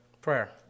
prayer